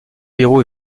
pérou